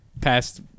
past